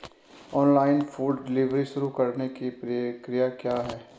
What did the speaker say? Online food delivery शुरू करने की प्रक्रिया क्या है?